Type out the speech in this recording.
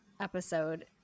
episode